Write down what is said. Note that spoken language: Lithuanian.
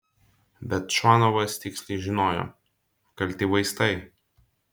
bet čvanovas tiksliai žinojo kalti vaistai